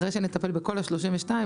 אחרי שנטפל בכל ה-32,